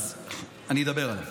אז אני אדבר על זה.